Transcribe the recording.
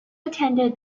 attended